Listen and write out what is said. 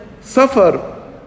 suffer